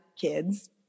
kids